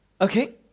Okay